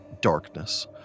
darkness